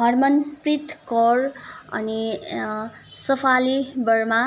हरमनप्रीत कौर अनि सफाली बर्मा